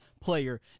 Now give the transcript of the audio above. player